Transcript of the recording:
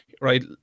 right